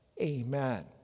Amen